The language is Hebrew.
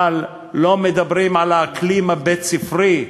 אבל לא מדברים על האקלים הבית-ספרי,